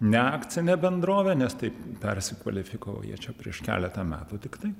ne akcinė bendrovė nes taip persikvalifikavo jie čia prieš keletą metų tiktai